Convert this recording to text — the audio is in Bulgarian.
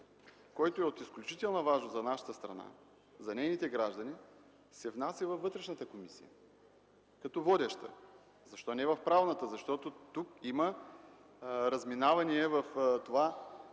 който е от изключителна важност за нашата страна, за нейните граждани, се внася във Вътрешната комисия като водеща? Защо не в Правната комисия? Тук има разминаване в това,